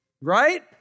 right